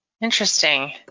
Interesting